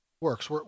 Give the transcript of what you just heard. works